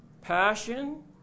passion